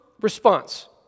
response